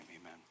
amen